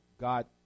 God